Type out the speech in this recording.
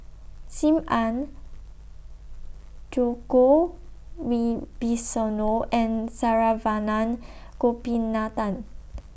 SIM Ann Djoko Wibisono and Saravanan Gopinathan